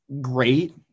great